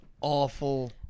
awful